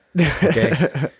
Okay